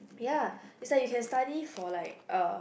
ya it's like you can study for like uh